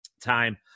time